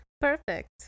Perfect